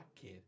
kid